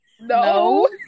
No